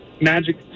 magic